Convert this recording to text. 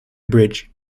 bridge